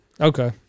Okay